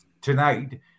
Tonight